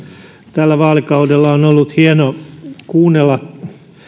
tällä vaalikaudella on ollut hieno kuunnella